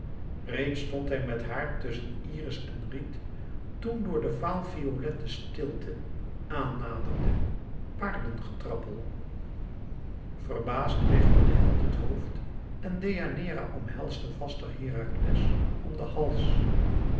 reeds stond hij met haar tusschen iris en riet toen door de vaal violette stilte aan naderde paardengetrappel verbaasd richtte de held het hoofd en deianeira omhelsde vaster herakles om den hals